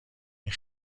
این